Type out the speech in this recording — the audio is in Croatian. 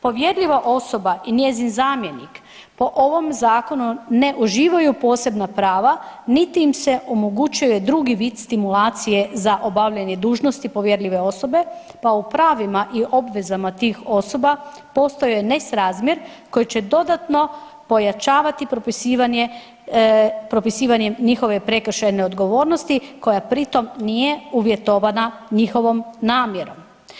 Povjerljiva osoba i njezin zamjenik po ovom zakonu ne uživaju posebna prava, niti im se omogućuje drugi vid stimulacije za obavljanje dužnosti povjerljive osobe, pa o pravima i obvezama tih osoba postoji nesrazmjer koji će dodatno pojačavati propisivanje njihove prekršajne odgovornosti koja pritom nije uvjetovana njihovom namjerom.